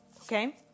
okay